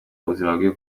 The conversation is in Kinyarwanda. ubuzima